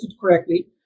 correctly